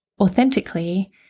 authentically